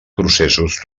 processos